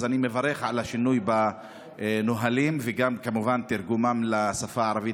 אז אני מברך על השינוי בנהלים ועל תרגומם לשפה הערבית,